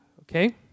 Okay